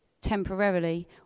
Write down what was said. temporarily